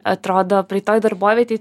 atrodo praeitoj darbovietėj